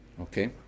Okay